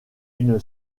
une